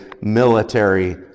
military